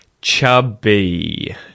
Chubby